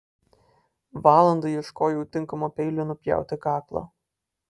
valandą ieškojau tinkamo peilio nupjauti kaklą